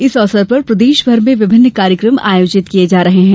इस अवसर पर प्रदेशभर में विभिन्न कार्यक्रम आयोजित किये जा रहे हैं